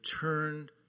turned